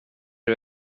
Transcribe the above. var